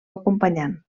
acompanyant